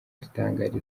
adutangariza